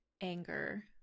anger